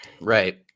right